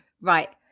Right